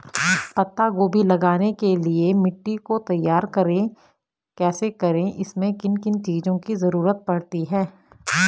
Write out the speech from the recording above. पत्ता गोभी लगाने के लिए मिट्टी को तैयार कैसे करें इसमें किन किन चीज़ों की जरूरत पड़ती है?